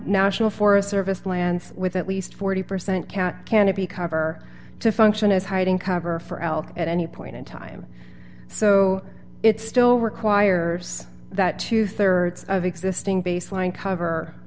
national forest service lands with at least forty percent can canopy cover to function as hiding cover for l at any point in time so it still requires that two thirds of existing baseline cover